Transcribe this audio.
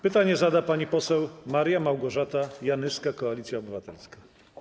Pytanie zada pani poseł Maria Małgorzata Janyska, Koalicja Obywatelska.